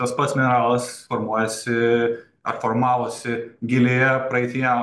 tas pats mineralas formuojasi ar formavosi gilioje praeityje